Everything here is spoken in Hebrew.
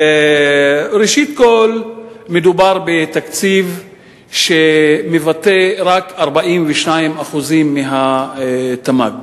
ראשית כול, מדובר בתקציב שמבטא רק 42% מהתמ"ג,